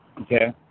Okay